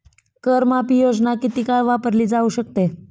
कर माफी योजना किती काळ वापरली जाऊ शकते?